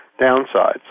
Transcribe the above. downsides